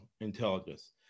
intelligence